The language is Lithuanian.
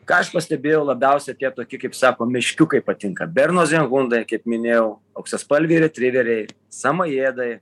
ką aš pastebėjau labiausiai tie toki kaip sako meškiukai patinka bernozenenhundai kaip minėjau auksaspalviai retriveriai samajėdai